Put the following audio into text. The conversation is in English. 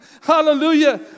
Hallelujah